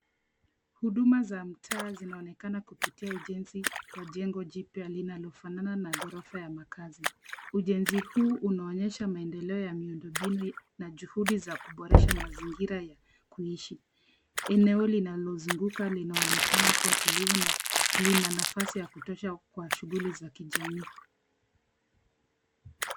Huduma za mitaa zinaonekana kupitia ujenzi wa jengo jipya linalofanana na ghorofa ya makazi. Ujenzi huu unaonyesha maendeleo ya miundombinu na juhudi za kuboresha mazingira ya kuishi. Eneo linalozunguka linaonekana kuwa tulivu na lina nafasi ya kutosha kwa shughuli za kijamii.